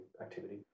activity